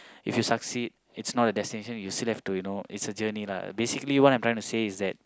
if you succeed it's not a destination you'll still have to you know it's a journey lah basically what I'm trying to say is that